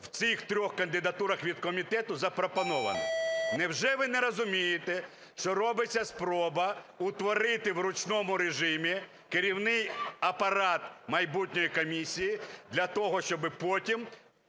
в цих трьох кандидатурах від комітету запропонований? Невже ви не розумієте, що робиться спроба утворити в ручному режимі керівний апарат майбутньої комісії для того, щоби потім